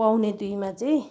पौने दुईमा चाहिँ